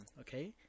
Okay